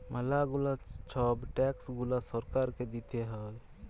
ম্যালা গুলা ছব ট্যাক্স গুলা সরকারকে দিতে হ্যয়